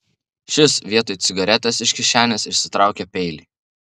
šis vietoj cigaretės iš kišenės išsitraukė peilį